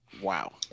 Wow